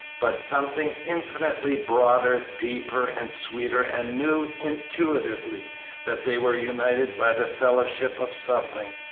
but something infinitely broader, deeper, and sweeter, and knew intuitively that they were united by the fellowship of suffering,